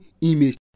image